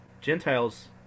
gentiles